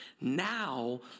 Now